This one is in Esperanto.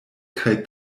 kaj